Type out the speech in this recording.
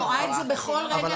היא רואה את זה בכל רגע נכון.